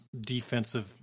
defensive